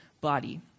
body